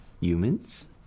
Humans